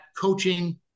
coaching